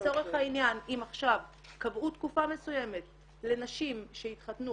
לצורך העניין אם עכשיו קבעו תקופה מסוימת לנשים שהתחתנו,